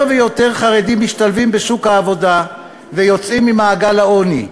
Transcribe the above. ויותר חרדים משתלבים בשוק העבודה ויוצאים ממעגל העוני.